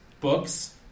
books